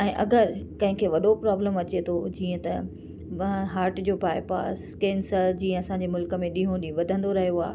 ऐं अगरि कंहिंखें वॾो प्रोब्लम अचे थो जीअं त हाट जो बाइ पास कैंसर जीअं असांजे मुल्क में ॾींहों ॾीहुं वधंदो रहियो आहे